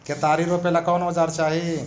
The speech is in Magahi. केतारी रोपेला कौन औजर चाही?